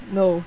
no